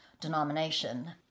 denomination